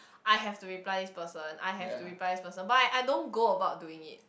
I have to reply this person I have to reply this person but I I don't go about doing it